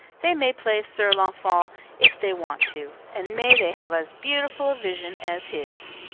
they may play sir launfal if they want to, and may they have as beautiful a vision as his!